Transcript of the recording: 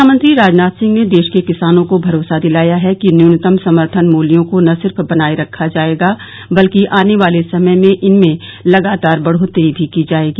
रक्षामंत्री राजनाथ सिंह ने देश के किसानों को भरोसा दिलाया है कि न्यूनतम समर्थन मूल्यों को न सिर्फ बनाए रखा जाएगा बल्कि आने वाले समय में इनमें लगातार बढोतरी भी की जाएगी